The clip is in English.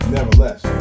Nevertheless